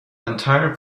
entire